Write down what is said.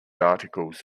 articles